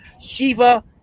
Shiva